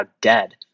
dead